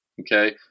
Okay